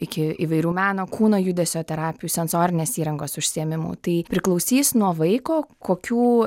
iki įvairių meno kūno judesio terapijų sensorinės įrangos užsiėmimų tai priklausys nuo vaiko kokių